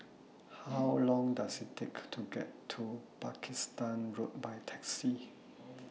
How Long Does IT Take to get to Pakistan Road By Taxi